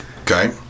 Okay